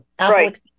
Right